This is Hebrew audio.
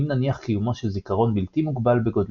אם נניח קיומו של זיכרון בלתי מוגבל בגודלו.